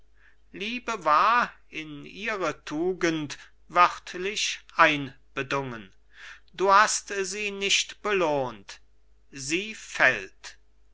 liebe war in ihre tugend wörtlich einbedungen du hast sie nicht belohnt sie fällt